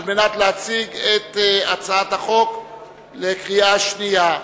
על מנת להציג את הצעת החוק לקריאה שנייה.